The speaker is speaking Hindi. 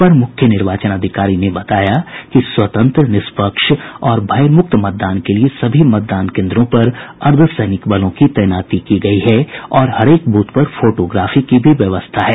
अपर मुख्य निर्वाचन अधिकारी ने बताया कि स्वतंत्र निष्पक्ष और भयमुक्त मतदान के लिये सभी मतदान केन्द्रों पर अर्द्धसैनिक बलों की तैनाती की गयी है और हरेक ब्रथ पर फोटोग्राफी की भी व्यवस्था है